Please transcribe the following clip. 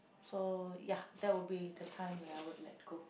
so ya that will be the time where I would let go